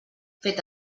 fet